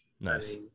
Nice